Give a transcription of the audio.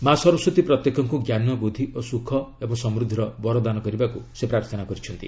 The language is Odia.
ମା' ସରସ୍ୱତୀ ପ୍ରତ୍ୟେକଙ୍କୁ ଜ୍ଞାନ ବୁଦ୍ଧି ସୁଖ ଓ ସମୃଦ୍ଧିର ବରଦାନ କରିବାକୁ ସେ ପ୍ରାର୍ଥନା କରିଛନ୍ତି